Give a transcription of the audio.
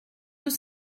deux